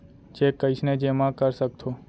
Cheque कईसने जेमा कर सकथो?